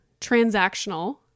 transactional